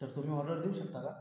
तर तुम्ही ऑर्डर देऊ शकता का